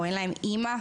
או אין להם אימא,